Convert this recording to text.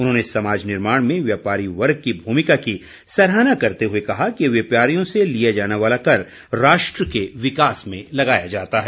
उन्होंने समाज निर्माण में व्यापारी वर्ग की भूमिका की सराहना करते हुए कहा कि व्यापारियों से लिया जाने वाला कर राष्ट्र के विकास में लगाया जाता है